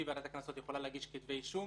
יכולה להגיש כתבי אישום